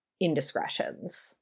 indiscretions